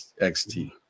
XT